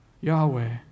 Yahweh